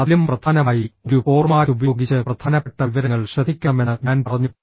അതിലും പ്രധാനമായി ഒരു ഫോർമാറ്റ് ഉപയോഗിച്ച് പ്രധാനപ്പെട്ട വിവരങ്ങൾ ശ്രദ്ധിക്കണമെന്ന് ഞാൻ പറഞ്ഞു